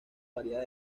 variadas